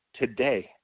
today